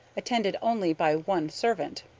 attended only by one servant.